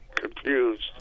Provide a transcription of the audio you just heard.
confused